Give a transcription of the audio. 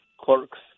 clerks